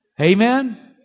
Amen